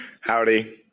Howdy